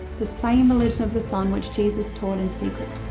the same religion of the sun which jesus taught in secret.